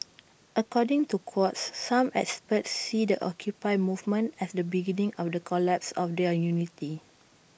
according to Quartz some experts see the occupy movement as the beginning of the collapse of their unity